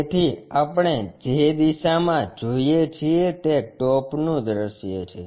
તેથી આપણે જે દિશામાં જોઈએ છીએ તે ટોપ નું દૃશ્ય છે